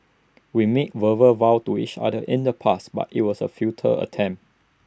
we made verbal vows to each other in the past but IT was A futile attempt